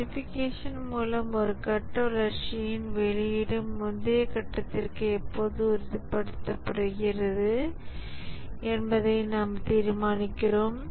verification மூலம் ஒரு கட்ட வளர்ச்சியின் வெளியீடு முந்தைய கட்டத்திற்கு எப்போது உறுதிப்படுத்தப்படுகிறதா என்பதை நாம் தீர்மானிக்கிறோம்